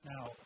Now